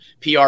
PR